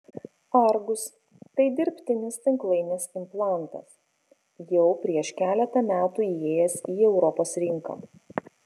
argus tai dirbtinis tinklainės implantas jau prieš keletą metų įėjęs į europos rinką